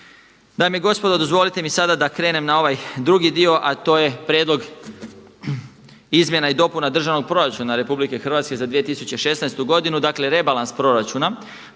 Naime, gospodo dozvolite mi sada da krenem na ovaj drugi dio a to je Prijedlog izmjena i dopuna Državnog proračuna RH za 2016. godinu, dakle rebalans proračuna